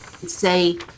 Say